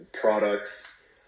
products